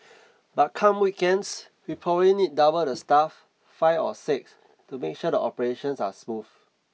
but come weekends we probably need double the staff five or six to make sure the operations are smooth